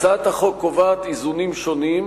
הצעת החוק קובעת איזונים שונים,